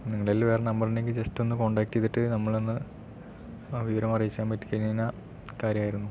നിങ്ങളുടെ കയ്യിൽ വേറെ നമ്പർ ഉണ്ടെങ്കിൽ ജസ്റ്റ് ഒന്ന് കോൺടാക്ട് ചെയ്തിട്ട് നമ്മളെ ഒന്ന് വിവരം അറിയിക്കാൻ പറ്റി കഴിഞ്ഞാൽ കാര്യായിരുന്നു